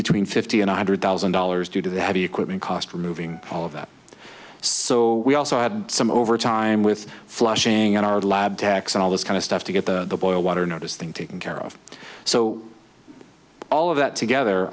between fifty and a hundred thousand dollars due to the heavy equipment cost removing all of that so we also had some overtime with flushing out our lab techs and all this kind of stuff to get the boil water notice thing taken care of so all of that together